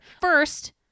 First